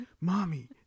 mommy